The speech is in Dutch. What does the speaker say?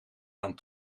dan